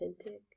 authentic